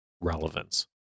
relevance